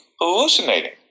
hallucinating